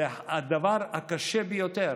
זה הדבר הקשה ביותר.